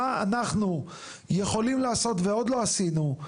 מה אנחנו יכולים לעשות ועוד לא עשינו,